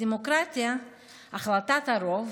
בדמוקרטיה החלטת הרוב